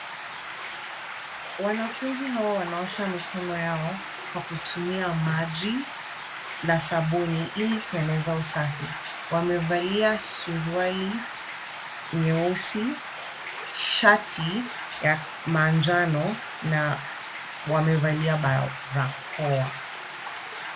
Wanafunzi hawa wanaosha mikono yao kwa kutumia maji na sabuni ili kueneza usafi. Wamevalia suruali nyeusi, shati ya manjano na wamevalia barakoa.